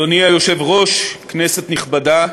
אדוני היושב-ראש, כנסת נכבדה,